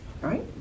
Right